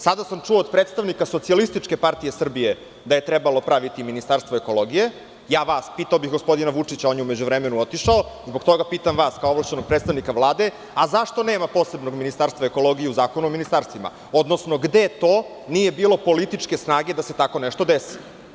Sada sam čuo od predstavnika Socijalističke partije Srbije, da je trebalo praviti ministarstvo ekologije, pitam vas, pitao bi i gospodina Vučića, on je u međuvremenu otišao, zbog toga pitam vas, kao ovlašćenog predstavnika Vlade - zašto nema posebnog ministarstva ekologije u Zakonu u ministarstvima, odnosno gde to nije političke snage da se tako nešto desi.